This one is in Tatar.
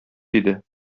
диде